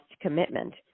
commitment